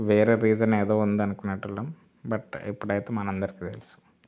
వేరే రీసన్ ఏదో ఉంది అనుకునేటి వాళ్ళం బట్ ఇప్పుడు అయితే మనందరికి తెలుసు